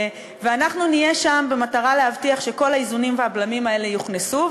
אנחנו נהיה שם במטרה להבטיח שכל האיזונים והבלמים האלה יוכנסו,